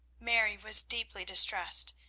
mary was deeply distressed,